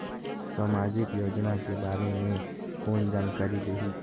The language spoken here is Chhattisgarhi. समाजिक योजना के बारे मे कोन जानकारी देही?